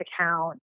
account